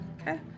Okay